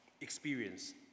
experience